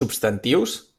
substantius